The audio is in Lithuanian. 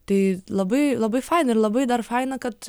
tai labai labai faina ir labai dar faina kad